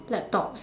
laptops